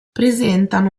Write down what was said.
presentano